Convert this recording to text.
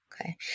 Okay